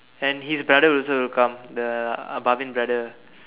and his brother also will come the uh Bhavin brother